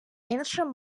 іншим